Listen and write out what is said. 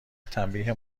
تنبیه